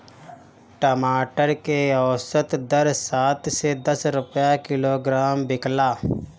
टमाटर के औसत दर सात से दस रुपया किलोग्राम बिकला?